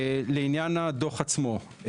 לעניין הדוח עצמו.